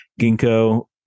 Ginkgo